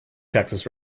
texas